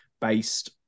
based